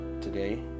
today